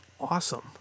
awesome